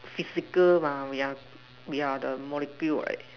physical mah we are we are the molecule right